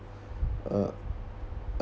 uh